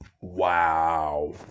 Wow